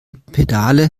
pedale